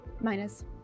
minus